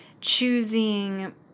choosing